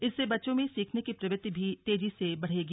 इससे बच्चों में सीखने की प्रवृत्ति भी तेजी से बढ़ेगी